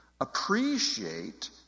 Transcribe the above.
appreciate